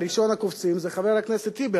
ראשון הקופצים זה חבר הכנסת טיבי.